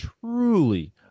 truly